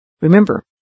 Remember